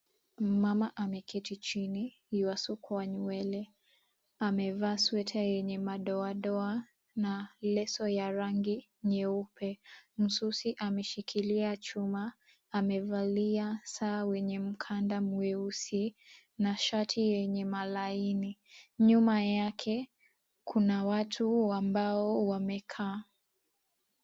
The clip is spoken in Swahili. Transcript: Mama ameketi chini yuasukwa nywele. Amevaa sweater yenye madoadoa na leso ya rangi nyeupe. Msusi ameshikilia chuma, amevalia saa wenye mkanda mweusi na shati yenye malaini. Nyuma yake kuna watu ambao wamekaa.